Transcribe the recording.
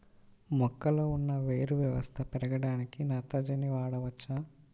మొక్కలో ఉన్న వేరు వ్యవస్థ పెరగడానికి నత్రజని వాడవచ్చా?